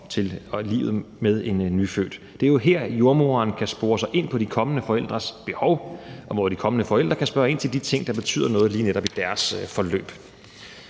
til livet med en nyfødt. Det er jo her, jordemoderen kan spore sig ind på de kommende forældres behov, og hvor de kommende forældre kan spørge ind til de ting, der betyder noget lige netop i deres forløb.